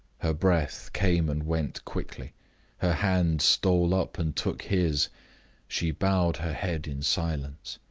her breath came and went quickly her hand stole up and took his she bowed her head in silence.